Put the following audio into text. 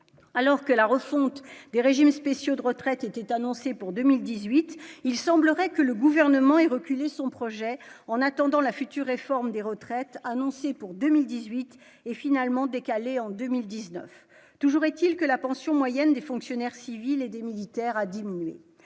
alors que la refonte des régimes spéciaux de retraite était annoncée pour 2018, il semblerait que le gouvernement et reculer son projet en attendant la future et forme des retraites annoncée pour 2018 et finalement décalé en 2019, toujours est-il que la pension moyenne des fonctionnaires civils et des militaires a diminué